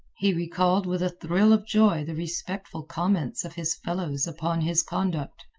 he recalled with a thrill of joy the respectful comments of his fellows upon his conduct.